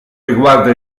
riguarda